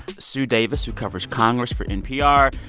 sue davis, who covers congress for npr.